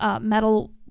metal